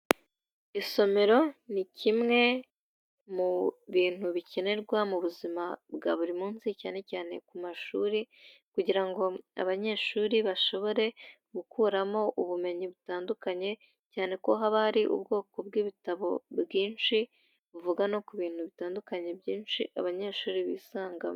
Isomero ni kimwe mu bintu bikenerwa mu buzima bwa buri munsi, cyane cyane ku mashuri kugira ngo abanyeshuri bashobore gukuramo ubumenyi butandukanye, cyane ko haba hari ubwoko bw'ibitabo bwinshi buvuga no ku bintu bitandukanye byinshi abanyeshuri bisangamo.